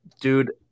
dude